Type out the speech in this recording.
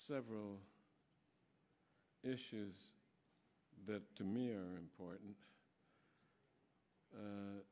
several issues that to me are important